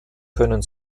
können